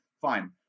Fine